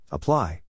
Apply